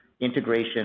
integration